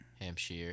Hampshire